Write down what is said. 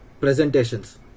presentations